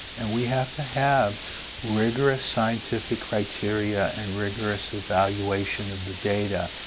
and we have to have rigorous scientific criteria and rigorous evaluation of the data.